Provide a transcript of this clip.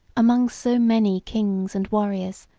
among so many kings and warriors,